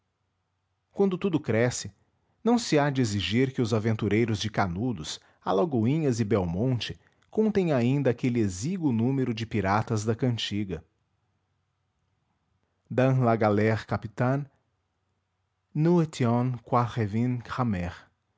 quando tudo cresce não se há de exigir que os aventureiros de canudos alagoinhas e belmonte contem ainda aquele exíguo número de piratas da cantiga dans la galre capitane nous